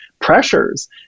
pressures